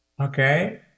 okay